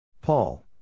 Paul